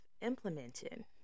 implemented